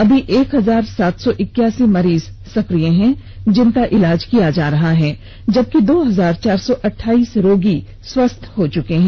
अभी एक हजार सात सौ इक्यासी मरीज सक्रिय हैं जिनका इलाज किया जा रहा है जबकि दो हजार चार सौ अठाइस रोगी स्वस्थ हो चुके हैं